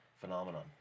phenomenon